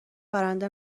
برنده